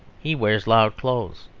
he wears loud clothes,